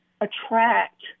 attract